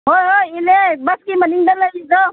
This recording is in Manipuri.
ꯍꯣꯏ ꯍꯣꯏ ꯑꯩꯅꯦ ꯕꯁꯀꯤ ꯃꯅꯤꯡꯗ ꯂꯩꯔꯤꯗꯣ